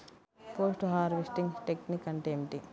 Post harvesting technique అంటే ఏమిటీ?